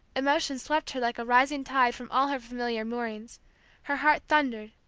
emotion swept her like a rising tide from all her familiar moorings her heart thundered,